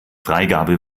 freigabe